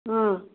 ம்